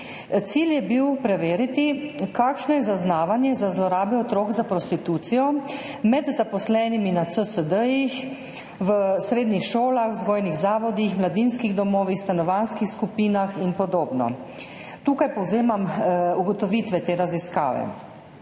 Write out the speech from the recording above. Cilj je bil preveriti, kakšno je zaznavanje za zlorabe otrok za prostitucijo med zaposlenimi na CSD-jih, v srednjih šolah, vzgojnih zavodih, mladinskih domovih, stanovanjskih skupinah in podobno. Tukaj povzemam ugotovitve te raziskave.